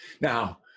Now